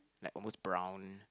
like almost brown